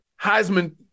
Heisman